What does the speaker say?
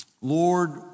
Lord